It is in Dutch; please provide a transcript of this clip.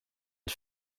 het